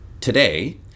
today